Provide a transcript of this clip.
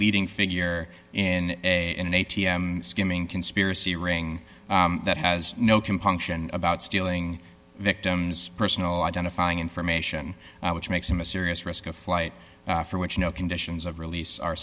leading figure in a in an a t m skimming conspiracy ring that has no compunction about stealing victim's personal identifying information which makes him a serious risk of flight for which no conditions of release are